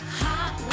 hot